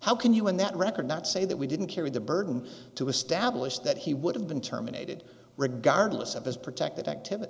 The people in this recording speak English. how can you in that record not say that we didn't carry the burden to establish that he would have been terminated regardless of his protected activity